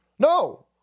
No